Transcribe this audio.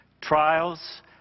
Trials